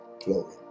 Glory